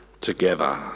together